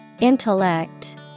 Intellect